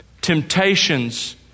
temptations